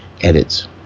edits